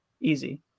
easy